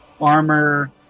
armor